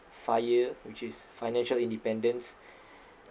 FIRE which is financial independence